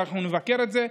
ואנחנו נבקר את זה.